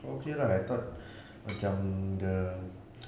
okay lah I thought macam the